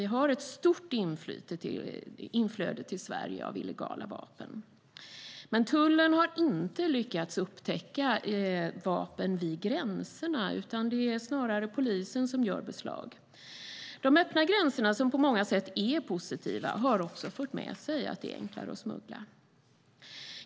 Vi har ett stort inflöde till Sverige av illegala vapen, men tullen har inte lyckats upptäcka vapen vid gränserna utan det är snarare polisen som gör beslag. De öppna gränserna, som på många sätt är positiva, har också fört med sig att det är enklare att smuggla.